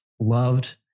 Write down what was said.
loved